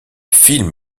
film